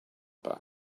back